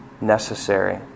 necessary